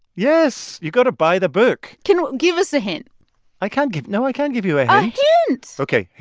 yes. you've got to buy the book can give us a hint i can't give no, i can't give you a hint a hint ok,